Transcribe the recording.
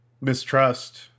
Mistrust